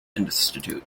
institute